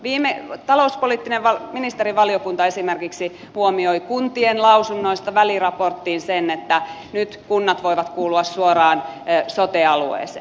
viime talouspoliittinen ministerivaliokunta esimerkiksi huomioi kuntien lausunnoista väliraporttiin sen että nyt kunnat voivat kuulua suoraan sote alueeseen